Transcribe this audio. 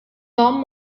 tom